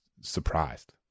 surprised